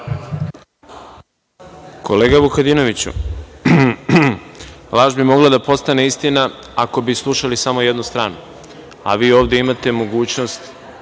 Kolega Vukadinoviću, laž bi mogla da postane istina ako bi slušali samo jednu stranu, a vi ovde imate mogućnost